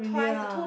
really ah